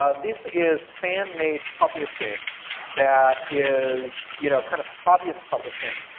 ah this is fan-made publishing that is, you know, kind of hobbyist publishing,